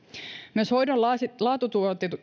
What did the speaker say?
myös hoidon